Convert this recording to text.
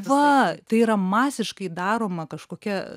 va tai yra masiškai daroma kažkokia